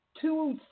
two